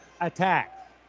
attack